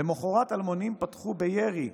למוחרת אלמונים פתחו בירי,